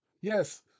yes